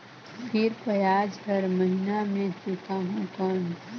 फिर ब्याज हर महीना मे चुकाहू कौन?